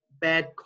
bad